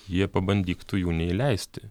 jie pabandyk tu jų neįleisti